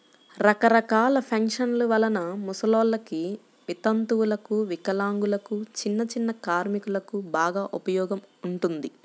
రకరకాల పెన్షన్ల వలన ముసలోల్లకి, వితంతువులకు, వికలాంగులకు, చిన్నచిన్న కార్మికులకు బాగా ఉపయోగం ఉంటుంది